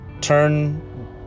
turn